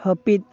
ᱦᱟᱹᱯᱤᱫ